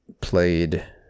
played